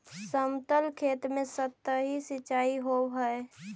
समतल खेत में सतही सिंचाई होवऽ हइ